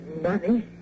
money